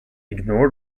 ignored